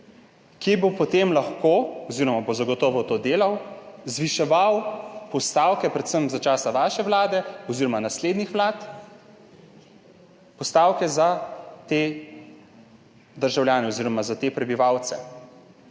ki bo potem lahko, oziroma bo zagotovo to delal, zviševal postavke, predvsem za časa vaše vlade oziroma naslednjih vlad, za te državljane oziroma za te prebivalce.